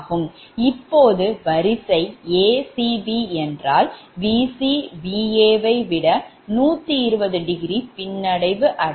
இப்போது வரிசை a c b என்றால் Vc Va வை விட 120° பின்னடைவு அடையும்